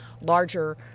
larger